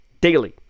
daily